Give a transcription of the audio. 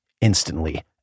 instantly